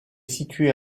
située